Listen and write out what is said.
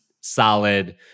solid